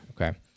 Okay